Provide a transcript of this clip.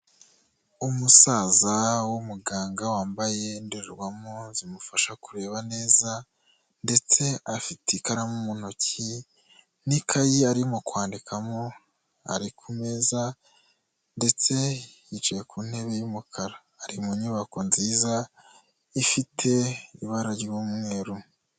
Umusaza w’umuganga wambaye indorerwamo zimufasha kureba neza, ndetse afite ikaramu mu ntoki n'ikayi arimo kwandikamo ari ku meza, ndetse yicaye ku ntebe y’umukara ari mu nyubako nziza ifite ibara ry'umweru.